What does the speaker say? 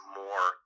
more